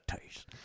taste